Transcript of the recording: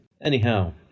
Anyhow